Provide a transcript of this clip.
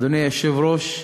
אדוני היושב-ראש,